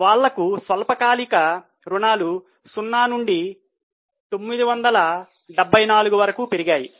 వాళ్లకు స్వల్పకాలిక రుణాలు 0 నుండి 974 వరకు పెరిగాయి